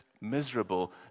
miserable